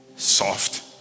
Soft